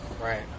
Right